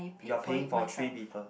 you're paying for three people